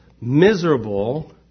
miserable